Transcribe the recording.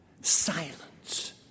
silence